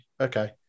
okay